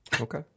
Okay